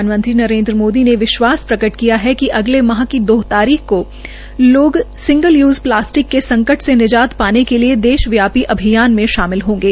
प्रधानमंत्री नरेन्द्र मोदी ने विश्वास प्रकट किया है कि अगले माह की दो तारीख को लोग सिंगल यूज प्लासिटक के संकट से निजात पाने के लिए देश व्यापी अभियान में शामिल होंगे